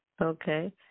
Okay